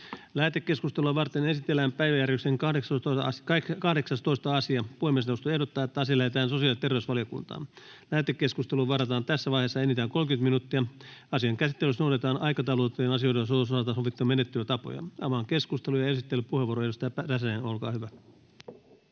Lähetekeskustelua varten esitellään päiväjärjestyksen 18. asia. Puhemiesneuvosto ehdottaa, että asia lähetetään sosiaali- ja terveysvaliokuntaan. Lähetekeskusteluun varataan tässä vaiheessa enintään 30 minuuttia. Asian käsittelyssä noudatetaan aikataulutettujen asioiden osalta sovittuja menettelytapoja. — Avaan keskustelun. Esittelypuheenvuoro, edustaja Räsänen, olkaa hyvä.